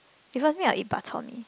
because me I'll eat bak-chor-mee